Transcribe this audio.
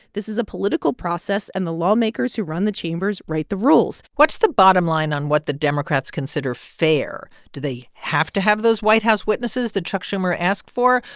this is a political process. and the lawmakers who run the chambers write the rules what's the bottom line on what the democrats consider fair? do they have to have those white house witnesses that chuck schumer asked for?